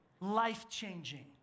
life-changing